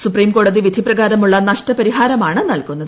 supreme കോടതി വിധി പ്രകാരമുളള നഷ്ടപരിഹാരമാണ് നൽകുന്നത്